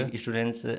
students